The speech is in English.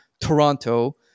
Toronto